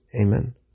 Amen